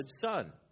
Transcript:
Son